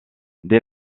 des